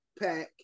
pack